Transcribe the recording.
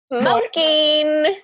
Smoking